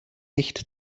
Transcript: nicht